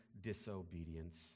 disobedience